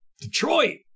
Detroit